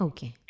Okay